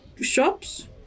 shops